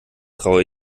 traue